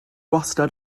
wastad